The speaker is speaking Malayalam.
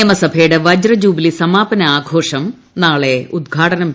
നിയമസഭയുടെ വജ്ജൂബിലി സമാപന ആഘോഷം നാളെ ഉദ്ഘാടനം ചെയ്യും